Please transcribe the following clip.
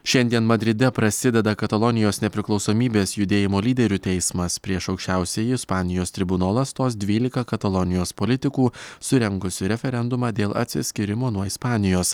šiandien madride prasideda katalonijos nepriklausomybės judėjimo lyderių teismas prieš aukščiausiąjį ispanijos tribunolą stos dvylika katalonijos politikų surengusių referendumą dėl atsiskyrimo nuo ispanijos